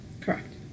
Correct